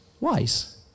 wise